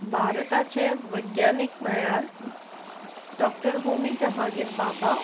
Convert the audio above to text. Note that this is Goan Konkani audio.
भारताचे वैज्ञानीक म्हणल्यार डॉ होमी जहांगीर बाबा